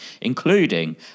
including